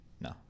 no